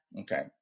Okay